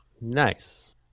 Nice